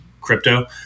crypto